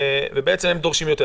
והם דורשים יותר.